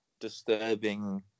disturbing